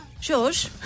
George